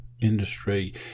industry